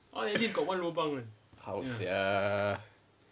how sia